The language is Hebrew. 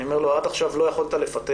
אני אומר לו, עד עכשיו לא יכולת לפטר